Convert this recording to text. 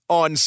on